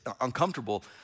uncomfortable